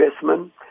investment